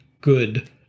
good